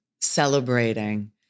celebrating